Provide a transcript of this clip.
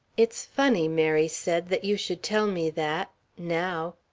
it's funny, mary said, that you should tell me that now.